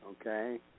okay